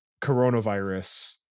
coronavirus